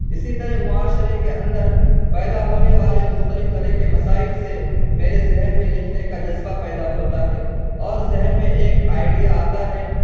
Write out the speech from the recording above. اسی طرح معاشرے کے اندر پیدا ہونے والے مختلف طرح کے مسائل سے میرے ذہن میں لکھنے کا جذبہ پیدا ہوتا ہے اور ذہن میں ایک آئڈیا آتا ہے